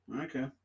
Okay